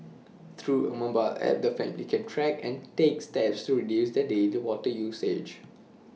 through A mobile app the family can track and take steps to reduce their daily water usage